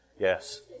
Yes